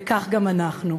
וכך גם אנחנו.